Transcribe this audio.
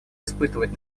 испытывать